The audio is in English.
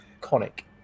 conic